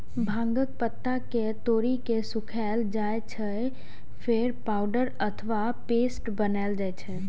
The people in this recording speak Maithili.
भांगक पात कें तोड़ि के सुखाएल जाइ छै, फेर पाउडर अथवा पेस्ट बनाएल जाइ छै